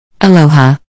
Aloha